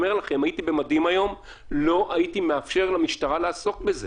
ואומר לכם אם הייתי במדים היום לא הייתי מאפשר למשטרה לעסוק בזה,